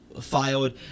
filed